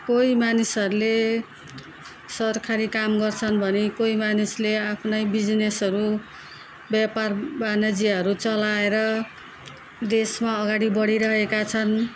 कोही मानिसहरूले सरकारी काम गर्छन् भने कोही मानिसले आफ्नै बिजनेसहरू व्यपार वाणिज्यहरू चलाएर देशमा अघाडि बढिरहेका छन्